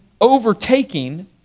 overtaking